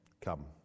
come